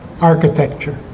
architecture